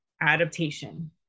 adaptation